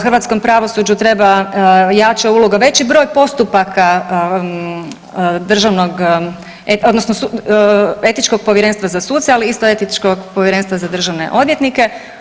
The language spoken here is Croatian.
Hrvatskom pravosuđu treba jača uloga, veći broj postupaka državnog odnosno etičkog povjerenstva za suce, ali isto etičkog povjerenstva za državne odvjetnike.